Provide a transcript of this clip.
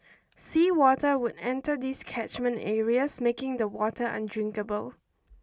sea water would enter these catchment areas making the water undrinkable